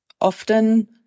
often